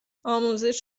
آموزش